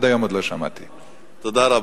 תודה.